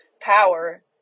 Power